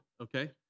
okay